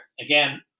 again